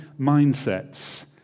mindsets